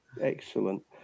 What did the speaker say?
Excellent